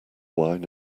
wine